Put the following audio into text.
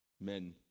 Men